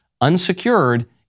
unsecured